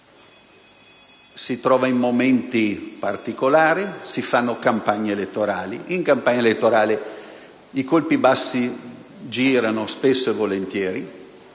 si trova in momenti particolari: si fanno campagne elettorali dove i colpi bassi girano spesso e volentieri,